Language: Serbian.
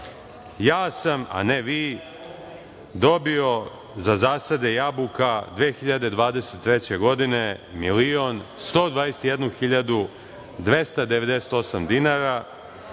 Ja sam, a ne vi, dobio za zasade jabuka 2023. godine 1.121.298 dinara.